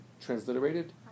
transliterated